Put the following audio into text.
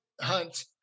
Hunt